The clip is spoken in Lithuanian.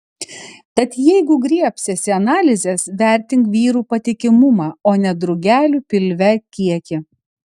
tad jeigu griebsiesi analizės vertink vyrų patikimumą o ne drugelių pilve kiekį